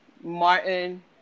Martin